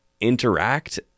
interact